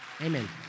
Amen